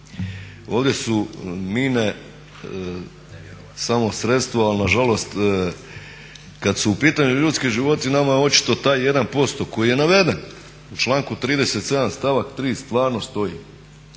Ovdje su mine samo sredstvo ali nažalost kada su u pitanju ljudski životi, nama je očito taj 1% koji je naveden u članku 37. stavak 3. stvarno stoji.